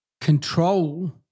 control